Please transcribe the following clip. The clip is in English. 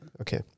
Okay